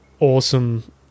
Awesome